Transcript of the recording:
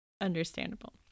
Understandable